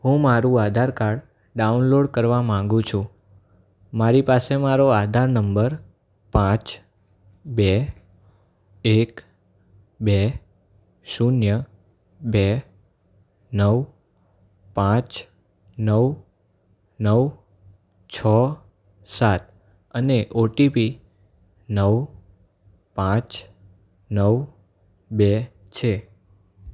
હું મારુ Aadhaar card download કરવા માંગુ છું મારી પાસે મારો આધાર નંબર પાંચ બે એક બે શૂન્ય બે નવ પાંચ નવ નવ છ સાત અને ઓટીપી નવ પાંચ નવ બે છે